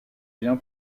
bien